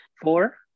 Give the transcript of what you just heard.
Four